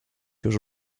już